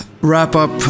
wrap-up